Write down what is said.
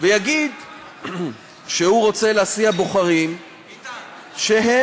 ויגיד שהוא רוצה להסיע בוחרים שהם,